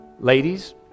Ladies